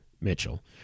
Mitchell